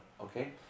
okay